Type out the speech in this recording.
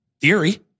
Theory